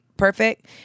perfect